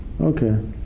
Okay